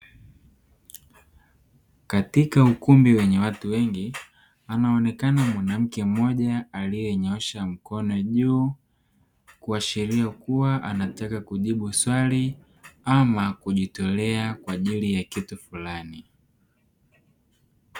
Katika ukumbi wenye watu wengi, anaonekana mwanamke mmoja aliyenyoosha mkono juu kuashiria kuwa anataka kujibu swali ama kujitolea kwa ajili ya kitu fulani.